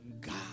God